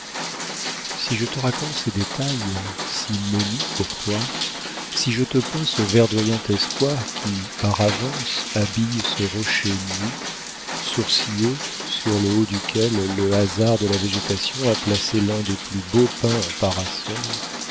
si je te raconte ces détails si menus pour toi si je te peins ce verdoyant espoir qui par avance habille ce rocher nu sourcilleux sur le haut duquel le hasard de la végétation a placé l'un des plus beaux pins en parasol